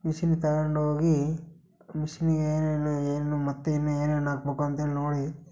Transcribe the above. ಮಿಷಿನಿಗೆ ತಗೊಂಡೋಗಿ ಮಿಷಿನಿಗೆ ಏನೇನು ಏನು ಮತ್ತೆ ಇನ್ನೇನೇನು ಹಾಕ್ಬೇಕ್ ಅಂತೇಳಿ ನೋಡಿ